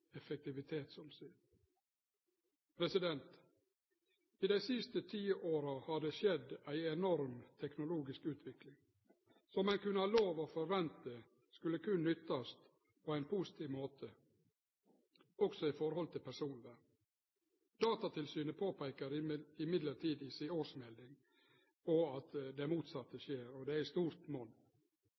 I dei siste tiåra har det skjedd ei enorm teknologisk utvikling som ein kunne ha lov å forvente berre skulle nyttast på ein positiv måte, også i forhold til personvern. Datatilsynet påpeiker likevel i si årsmelding at det motsette skjer, og det i